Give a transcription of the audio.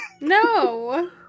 No